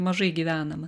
mažai gyvenama